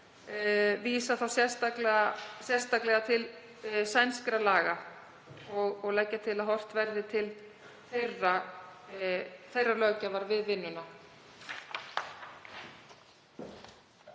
vísa þá sérstaklega til sænskra laga og leggja til að horft verði til þeirrar löggjafar við vinnuna.